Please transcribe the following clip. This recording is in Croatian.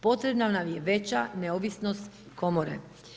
Potrebna nam je veća neovisnost komore.